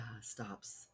stops